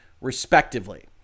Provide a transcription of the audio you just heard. respectively